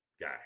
guy